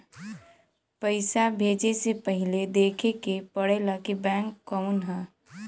पइसा भेजे से पहिले देखे के पड़ेला कि बैंक कउन ह